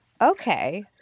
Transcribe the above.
okay